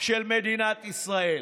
של מדינת ישראל,